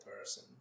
person